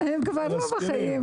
מזמן הם כבר לא בחיים.